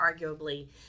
arguably